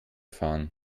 fahren